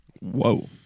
Whoa